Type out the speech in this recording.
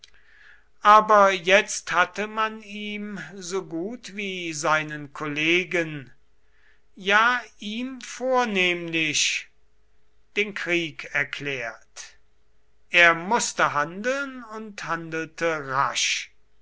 aber jetzt hatte man ihm so gut wie seinen kollegen ja ihm vornehmlich den krieg erklärt er mußte handeln und handelte rasch